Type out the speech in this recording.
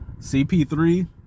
CP3